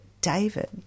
David